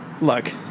Look